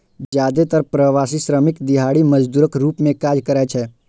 जादेतर प्रवासी श्रमिक दिहाड़ी मजदूरक रूप मे काज करै छै